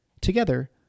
Together